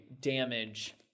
damage